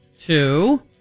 Two